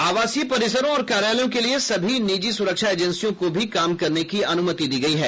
आवासीय परिसरों और कार्यालयों के लिए सभी निजी सुरक्षा एजेंसियों को भी काम करने की अनुमति दी गई है